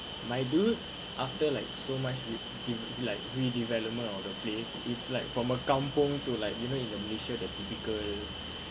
my dude after like so much de~ de~ like redevelopment of the place is like from a kampung to like you know in the malaysia there are typical